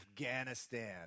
Afghanistan